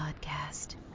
podcast